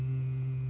um